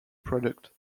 product